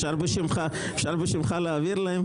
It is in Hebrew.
אפשר בשמך להעביר להם?